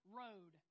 road